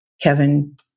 Kevin